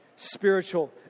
spiritual